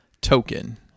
token